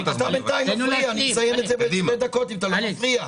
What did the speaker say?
אסיים את זה בשתי דקות אם לא תפריע.